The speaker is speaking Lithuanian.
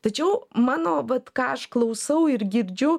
tačiau mano vat ką aš klausau ir girdžiu